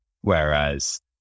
Whereas